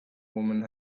woman